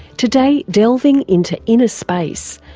today, delving into inner space,